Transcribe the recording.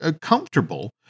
comfortable